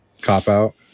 cop-out